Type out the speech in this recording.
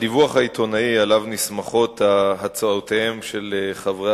הדיווח העיתונאי שעליו נסמכות הצעותיהם של חברי